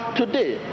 today